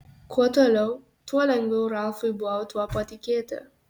kuo toliau tuo lengviau ralfui buvo tuo patikėti